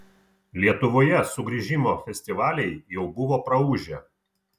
lietuvoje sugrįžimo festivaliai jau buvo praūžę